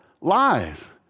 Lies